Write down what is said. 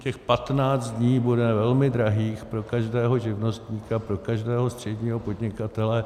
Těch 15 dní bude velmi drahých pro každého živnostníka, pro každého středního podnikatele.